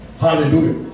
Hallelujah